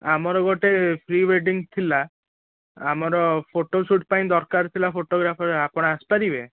ଆମର ଗୋଟେ pre wedding ଥିଲା ଆମର ଫଟୋ ସୁଟ୍ ପାଇଁ ଦରକାର ଥିଲା ଫଟୋଗ୍ରାଫର୍ ଆପଣ ଆସିପାରିବେ